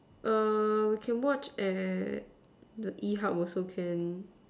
err we can watch at the E-hub also can